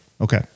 Okay